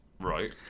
Right